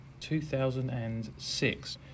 2006